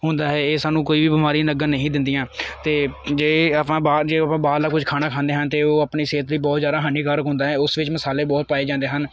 ਹੁੰਦਾ ਹੈ ਇਹ ਸਾਨੂੰ ਕੋਈ ਵੀ ਬਿਮਾਰੀ ਲੱਗਣ ਨਹੀਂ ਦਿੰਦੀਆਂ ਅਤੇ ਜੇ ਆਪਾਂ ਬਾਹਰ ਜੇ ਆਪਾਂ ਬਾਹਰਲਾ ਕੁਛ ਖਾਣਾ ਖਾਂਦੇ ਹਾਂ ਅਤੇ ਉਹ ਆਪਣੀ ਸਿਹਤ ਲਈ ਬਹੁਤ ਜ਼ਿਆਦਾ ਹਾਨੀਕਾਰਕ ਹੁੰਦਾ ਹੈ ਉਸ ਵਿੱਚ ਮਸਾਲੇ ਬਹੁਤ ਪਾਏ ਜਾਂਦੇ ਹਨ